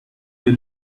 they